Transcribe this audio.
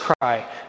cry